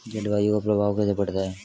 जलवायु का प्रभाव कैसे पड़ता है?